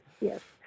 Yes